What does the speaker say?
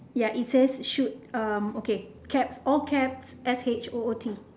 ya it says shoot um okay caps all caps S H O O T